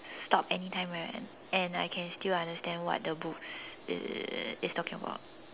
stop anytime right and I can still understand what the book uh is talking about